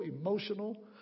emotional